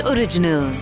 Original